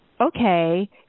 okay